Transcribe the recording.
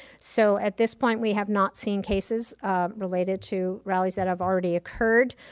so at this point we have not seen cases related to rallies that have already occurred.